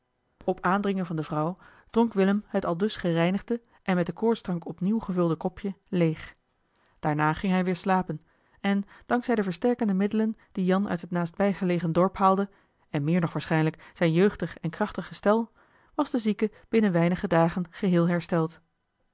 op aandringen van de vrouw dronk willem het aldus gereinigde en met den koortsdrank opnieuw gevulde kopje leeg daarna ging hij weer slapen en dank zij de versterkende middelen die jan uit het naastbijgelegen dorp haalde en meer nog waarschijnlijk zijn jeugdig en krachtig gestel was de zieke binnen weinige dagen geheel hersteld